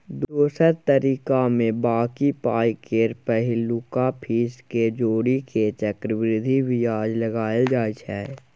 दोसर तरीकामे बॉकी पाइ पर पहिलुका फीस केँ जोड़ि केँ चक्रबृद्धि बियाज लगाएल जाइ छै